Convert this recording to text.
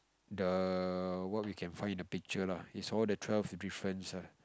the what we can find in the picture lah it's all the twelve difference ah